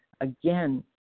Again